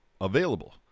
available